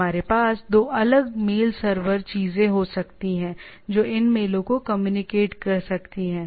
हमारे पास 2 अलग मेल सर्वर चीजें हो सकती हैं जो इन मेलों को कम्युनिकेट कर सकती हैं